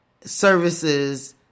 services